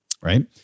right